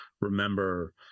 remember